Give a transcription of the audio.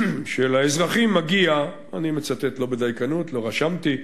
שלאזרחים מגיע, אני מצטט לא בדייקנות, לא רשמתי: